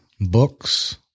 books